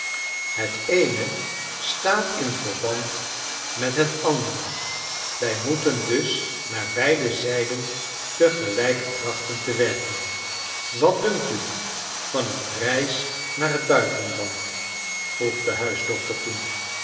het eene staat in verband met het andere wij moeten dus naar beide zijden te gelijk trachten te werken wat dunkt u van een reis naar het buitenland vroeg de huisdokter toen